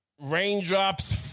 raindrops